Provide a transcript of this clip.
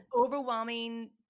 overwhelming